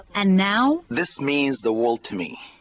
and now. this means the world to me.